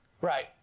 Right